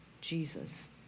Jesus